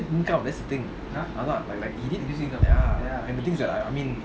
that's the thing like like he did ya and the thing is that I I mean